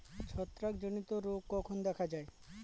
ছত্রাক জনিত রোগ কখন দেখা য়ায়?